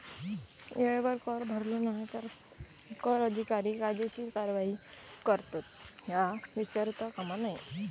येळेवर कर भरलो नाय तर कर अधिकारी कायदेशीर कारवाई करतत, ह्या विसरता कामा नये